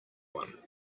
one